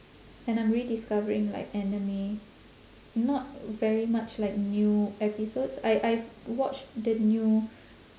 and I'm rediscovering like anime not very much like new episodes I I've watched the new